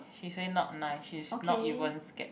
she say not nice she's not even scared